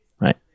right